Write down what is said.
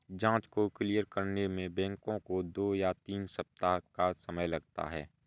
जाँच को क्लियर करने में बैंकों को दो या तीन सप्ताह का समय लगता है